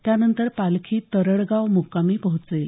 त्यानंतर पालखी तरडगाव मुक्कामी पोहोचेल